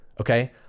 okay